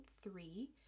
three